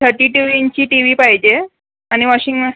thirty two इंची T V पाहिजे आहे आणि वॉशिंग म